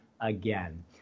again